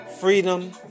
freedom